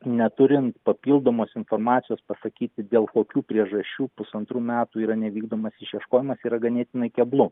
neturint papildomos informacijos pasakyti dėl kokių priežasčių pusantrų metų yra nevykdomas išieškojimas yra ganėtinai keblu